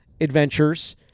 adventures